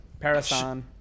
Parasan